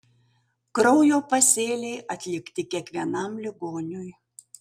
kraujo pasėliai atlikti kiekvienam ligoniui